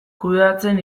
kudeatzen